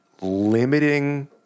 Limiting